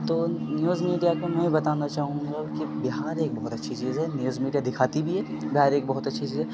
تو news media کو میں بتانا چاہوں گا کہ بہار ایک بہت اچھی چیز ہے نیوز میڈیا دکھاتی بھی ہے بہار ایک بہت اچھی چیز ہے